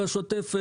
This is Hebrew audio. בשוטף,